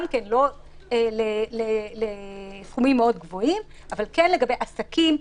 לא לסכומים גבוהים מאוד אבל כן לגבי עסקים,